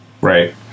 Right